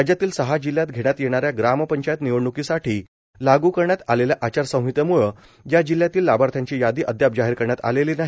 राज्यातील सहा जिल्ह्यांत घेण्यात येणाऱ्या ग्रामपंचायत निवडण्कीसाठी लागू करण्यात आलेल्या आचारसंहितेमूळ या जिल्ह्यातील लाभार्थ्यांची यादी अद्याप जाहीर करण्यात आलेली नाही